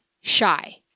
shy